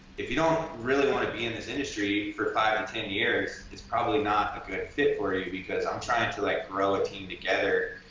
if you don't really wanna be in this industry for five to and ten years it's probably not kind of fit for you because i'm trying to like grow a team together.